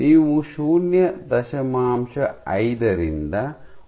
ನೀವು ಶೂನ್ಯ ದಶಮಾಂಶ ಐದರಿಂದ 0